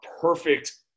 perfect